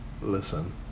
listen